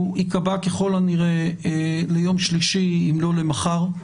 הוא ייקבע ככל הנראה ליום שלישי, אם לא למחר.